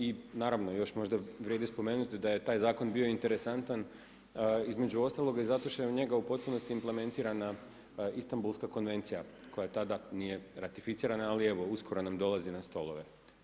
I naravno još možda vrijedi spomenuti da je taj zakon bio interesantan, između ostaloga i zato što je na njega u potpunosti implementirana Istambulska konvencija koja tada nije ratificirana ali evo uskoro nam dolazi na stolove.